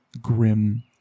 grim